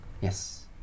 Yes